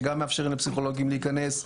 שגם מאפשרים לפסיכולוגים להיכנס.